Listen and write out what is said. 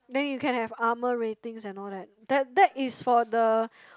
then you can have armour ratings and all that that that is for the